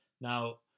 Now